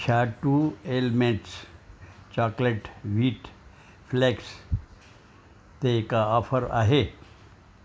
छा true elements chocolate wheat flakes ते का ऑफ़र आहे